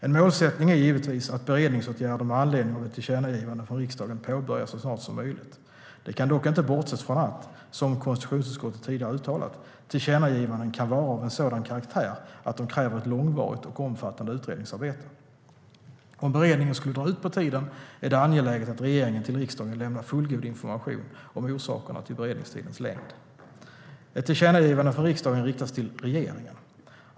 En målsättning är givetvis att beredningsåtgärder med anledning av ett tillkännagivande från riksdagen påbörjas så snart som möjligt. Det kan dock, som konstitutionsutskottet tidigare har uttalat, inte bortses från att tillkännagivanden kan vara av sådan karaktär att de kräver ett långvarigt och omfattande utredningsarbete. Om beredningen skulle dra ut på tiden är det angeläget att regeringen till riksdagen lämnar fullgod information om orsakerna till beredningstidens längd. Ett tillkännagivande från riksdagen riktas till regeringen.